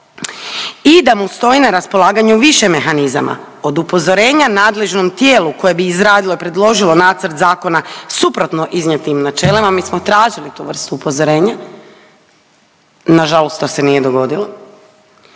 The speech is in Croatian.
i da mu stoji na raspolaganju više mehanizama, od upozorenja nadležnom tijelu koje bi izradilo i predložilo nacrt zakona suprotno iznijetim načelima, mi smo tražili tu vrstu upozorenja, nažalost to se nije dogodilo,